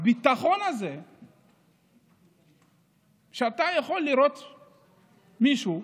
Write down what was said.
הביטחון הזה שאתה יכול לראות מישהו,